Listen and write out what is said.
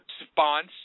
response